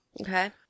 Okay